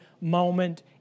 moment